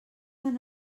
tan